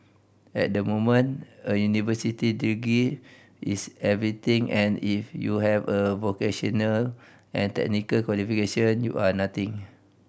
at the moment a university degree is everything and if you have a vocational and technical qualification you are nothing